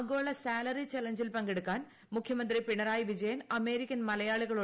ആഗോള സാലറി ചലഞ്ചിൽ പങ്കെടുക്കാൻ മുഖൃമന്ത്രി പിണറായി വിജയൻ അമേരിക്കൻ മലയാളികളോട് അഭ്യർഥിച്ചു